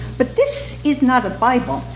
but this is not a bible,